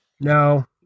No